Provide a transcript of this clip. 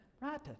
Right